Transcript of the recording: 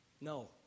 No